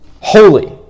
holy